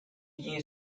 you